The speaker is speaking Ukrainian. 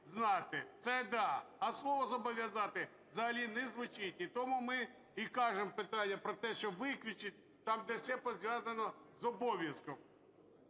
знати", це да, а слово "зобов'язати" взагалі не звучить. Тому ми і кажемо питання про те, щоб виключити там, де зв'язано з обов'язком.